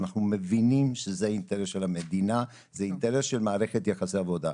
אנחנו מבינים שזה אינטרס של המדינה ואינטרס של מערכת יחסי עבודה.